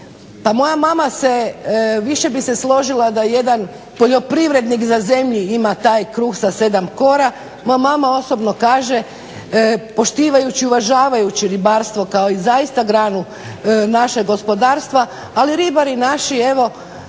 moja mama bi se više složila da jedan poljoprivrednik na zemlji ima taj kruh sa 7 kora. Moja mama osobno kaže poštivajući i uvažavajući ribarstvo kao i zaista granu našeg gospodarstva. Ali ribari naši evo